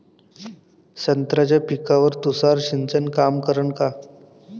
संत्र्याच्या पिकावर तुषार सिंचन काम करन का?